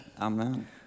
Amen